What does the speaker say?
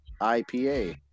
IPA